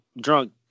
drunk